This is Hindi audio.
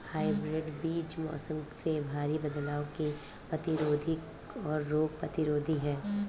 हाइब्रिड बीज मौसम में भारी बदलाव के प्रतिरोधी और रोग प्रतिरोधी हैं